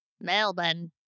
Melbourne